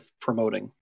promoting